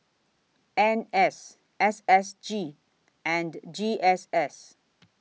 N S S S G and G S S